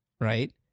Right